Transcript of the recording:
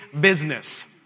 business